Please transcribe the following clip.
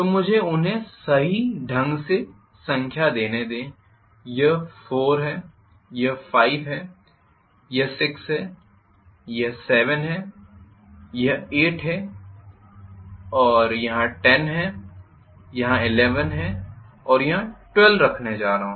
तो मुझे उन्हें सही ढंग से संख्या देने दें यह 4 है यह 5 है यह 6 है यह 7 है यह 8 है और यहां 10 है यहां 11 और यहां 12 होने जा रहा है